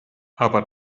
aber